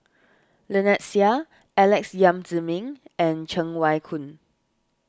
Lynnette Seah Alex Yam Ziming and Cheng Wai Keung